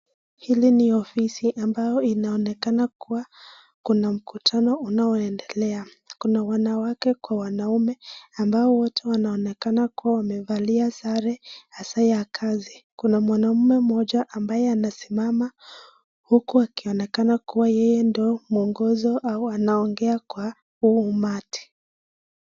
Hili ni office ambao inaonekana kuwa kuna mkutano unaoendelea. Kuna wanawake kwa wanaume ambao wote wanaonekana kuwa wamevalia sare hasa ya kazi. Kuna mwanaume mmoja ambaye anasimama huku akionekana kuwa yeye ndio mwongozo au anaongea kwa huu umati.